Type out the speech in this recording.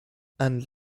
and